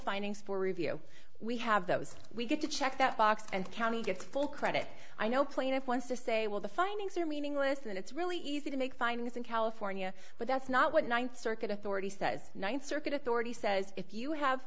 findings for review we have that was we get to check that box and county gets full credit i know plaintiff wants to say well the findings are meaningless and it's really easy to make findings in california but that's not what ninth circuit authority says ninth circuit authority says if you have